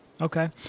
Okay